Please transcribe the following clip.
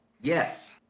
Yes